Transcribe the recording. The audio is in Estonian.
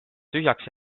tühjaks